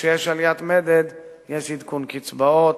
וכשיש עליית מדד יש עדכון קצבאות,